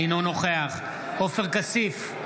אינו נוכח עופר כסיף,